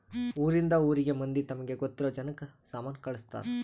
ಊರಿಂದ ಊರಿಗೆ ಮಂದಿ ತಮಗೆ ಗೊತ್ತಿರೊ ಜನಕ್ಕ ಸಾಮನ ಕಳ್ಸ್ತರ್